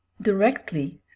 Directly